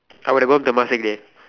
I would above Temasek day